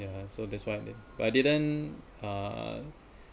ya so that's why I but I didn't uh